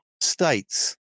states